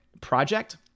project